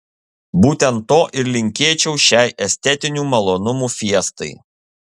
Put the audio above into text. būtent to ir linkėčiau šiai estetinių malonumų fiestai